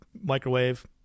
microwave